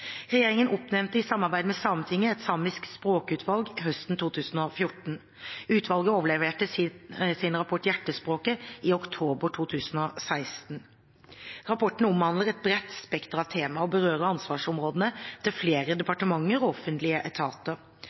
Regjeringen oppnevnte i samarbeid med Sametinget et samisk språkutvalg høsten 2014. Utvalget overleverte sin rapport, Hjertespråket, i oktober 2016. Rapporten omhandler et bredt spekter av temaer og berører ansvarsområdene til flere departementer og offentlige etater.